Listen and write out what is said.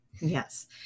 Yes